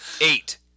Eight